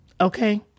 okay